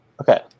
Okay